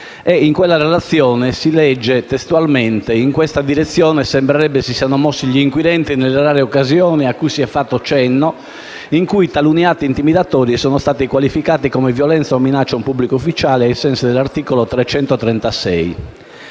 In quella relazione si legge testualmente: «In questa direzione sembrerebbe si siano mossi gli inquirenti nelle rare occasioni, a cui si è fatto cenno, in cui taluni atti intimidatori sono stati qualificati come violenza o minaccia a un pubblico ufficiale ai sensi dell'articolo 336